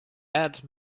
add